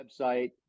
website